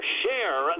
share